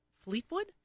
Fleetwood